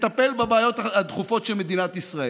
נטפל בבעיות הדחופות של מדינת ישראל.